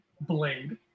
Blade